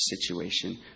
situation